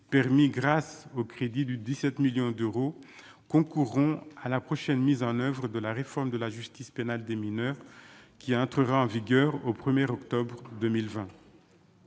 permis grâce au crédit du 17 millions d'euros concourront à la prochaine mise en oeuvre de la réforme de la justice pénale des mineurs, qu'il a un truc en vigueur au 1er octobre 2020.